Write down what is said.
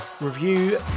review